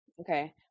Okay